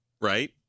right